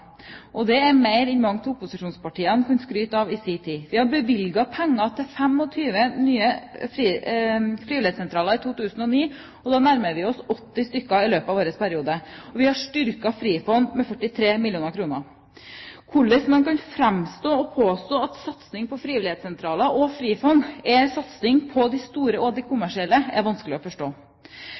og det er mer enn mange av opposisjonspartiene kunne skryte av i sin tid. Vi har bevilget penger til 25 nye frivillighetssentraler i 2009, og nå nærmer vi oss 80 stykker i løpet av vår periode. Vi har styrket Frifond med 43 mill. kr. Hvorledes man kan påstå at satsing på frivillighetssentraler og Frifond er satsing på de store og de kommersielle, er vanskelig å forstå.